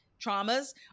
traumas